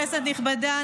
כנסת נכבדה,